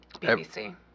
BBC